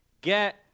get